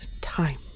time